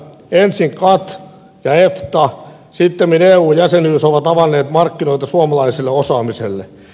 ensin gatt ja efta sittemmin eu jäsenyys ovat avanneet markkinoita suomalaiselle osaamiselle